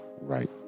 right